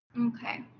okay